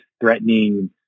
threatening